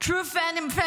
Why?